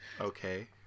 okay